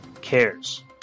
cares